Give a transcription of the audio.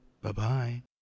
Bye-bye